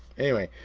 anyway,